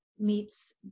meets